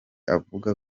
avuga